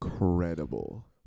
incredible